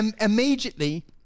immediately